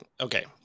okay